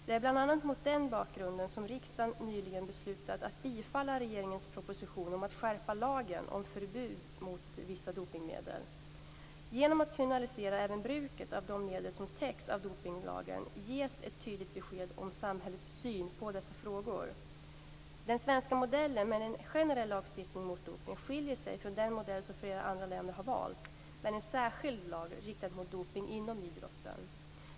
Det är bl.a. mot den bakgrunden som riksdagen nyligen beslutat att bifalla regeringens proposition om att skärpa lagen om förbud mot vissa dopningsmedel. Genom att kriminalisera även bruket av de medel som täcks av dopningslagen ges ett tydligt besked om samhällets syn på dessa frågor. Den svenska modellen med en generell lagstiftning mot dopning skiljer sig från den modell som flera andra länder har valt, med en särskild lag riktad mot dopning inom idrotten.